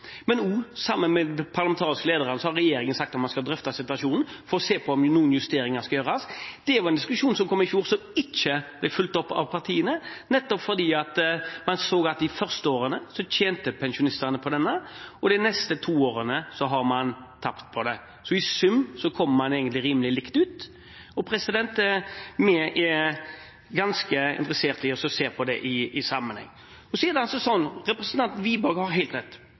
har sagt at man sammen med de parlamentariske lederne skal drøfte situasjonen for å se om det er noen justeringer som skal gjøres. Det var en diskusjon som kom i fjor, som ikke ble fulgt opp av partiene, fordi man så at de første årene tjente pensjonistene på denne, og de neste to årene har man tapt på det. I sum kommer man egentlig rimelig likt ut. Vi er ganske interessert i å se det i sammenheng. Representanten Wiborg har helt rett. Pensjonsreformen har også bidratt til at det